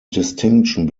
distinction